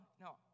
no